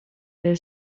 der